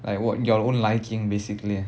like what your own liking basically